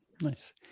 Nice